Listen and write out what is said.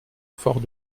fort